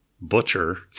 Butcher